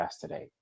today